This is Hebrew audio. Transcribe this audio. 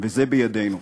וזה בידינו.